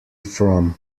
from